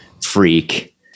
freak